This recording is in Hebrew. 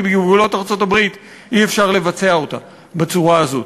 כי בין גבולות ארצות-הברית אי-אפשר לבצע אותה בצורה הזו.